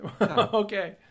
Okay